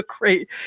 great